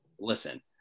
listen –